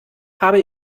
habe